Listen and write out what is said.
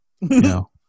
no